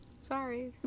Sorry